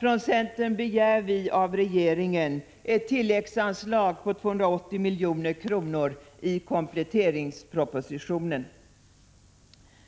Från centern begär vi av regeringen ett tilläggsanslag på 280 milj.kr. i kompletteringspropositionen.